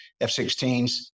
F-16s